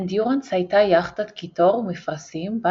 "אנדיורנס" הייתה יכטת קיטור ומפרשים בה